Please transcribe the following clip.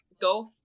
Golf